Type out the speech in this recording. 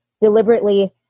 deliberately